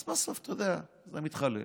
אז בסוף, אתה יודע, זה מתחלף.